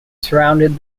surrounded